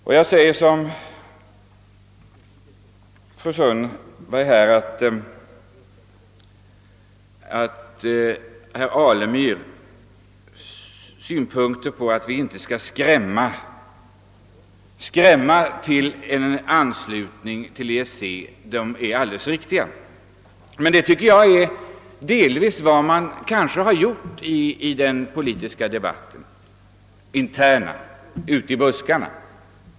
I likhet med fru Sundberg säger jag att herr Alemyrs synpunkter är alldeles riktiga; vi bör inte skrämma till en anslutning till EEC. Enligt min mening har man delvis gjort detta i den interna politiska debatten, den debatt som så att säga förts »ute i buskarna».